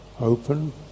open